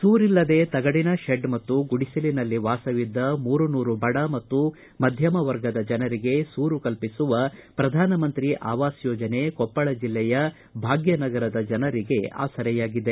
ಸೂರಿಲ್ಲದೆ ತಗಡಿನ ಶೆಡ್ ಮತ್ತು ಗುಡಿಸಲಿನಲ್ಲಿ ವಾಸವಿದ್ದ ಮೂರು ನೂರು ಬಡ ಮತ್ತು ಮಧ್ಯಮವರ್ಗದ ಜನರಿಗೆ ಸೂರು ಕಲ್ಪಿಸುವ ಪ್ರಧಾನ ಮಂತ್ರಿ ಆವಾಸ ಯೋಜನೆ ಕೊಪ್ಪಳ ಜಿಲ್ಲೆಯ ಭಾಗ್ಯನಗರ ಪಟ್ಟಣದ ಜನರಿಗೆ ಆಸರೆಯಾಗಿದೆ